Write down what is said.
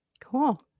Cool